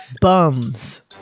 bums